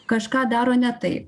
kažką daro ne taip